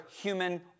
human